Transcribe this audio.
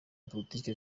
politiki